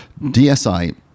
dsi